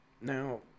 Now